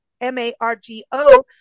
M-A-R-G-O